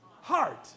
heart